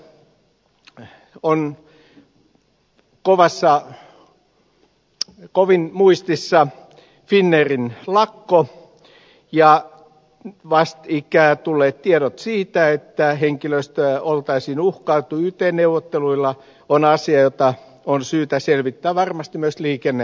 lentoliikenteestä on kovin muistissa finnairin lakko ja vastikään tulleet tiedot siitä että henkilöstöä oltaisiin uhkailtu yt neuvotteluilla on asia jota on syytä selvittää varmasti myös liikennevaliokunnassa